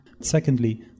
secondly